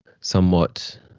somewhat